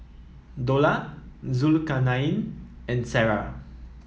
Dollah Zulkarnain and Sarah